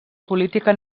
política